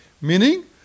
meaning